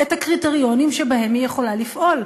את הקריטריונים שבהם היא יכולה לפעול.